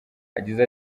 yagize